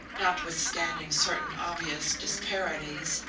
notwithstanding certain obvious disparities,